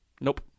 Nope